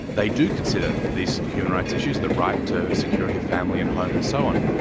they do consider these human rights issues, the right to security of family and home and so on.